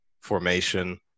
formation